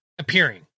Appearing